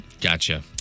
Gotcha